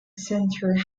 center